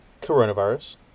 coronavirus